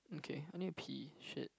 okay I need to pee shit